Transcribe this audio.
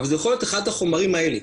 אבל זה יכול להיות אחד החומרים האלה.